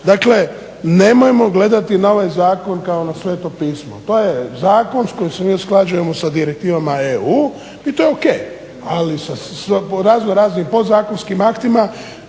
Dakle nemojmo gledati na ovaj zakon kao na Sv. Pismo. To je zakon s kojim se mi usklađujemo sa direktivama EUi to je o.k. ali po raznoraznim podzakonskim aktima